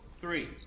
three